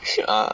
ah